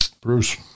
Bruce